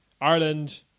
Ireland